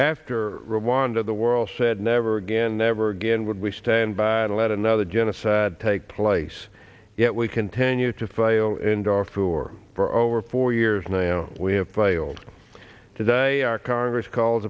after rwanda the world said never again never again would we stand by and let another genocide take place yet we continue to fail in darfur for over four years now we have failed today our congress calls